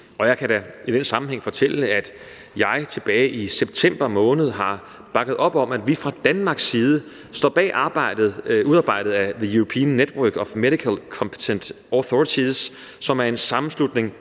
Jeg kan da i den sammenhæng fortælle, at jeg tilbage i september måned bakkede op om, at vi fra Danmarks side står bag det, der er udarbejdet af European Network of Medical Competent Authorities, som er en sammenslutning